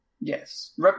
Yes